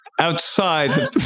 Outside